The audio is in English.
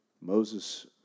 Moses